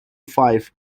five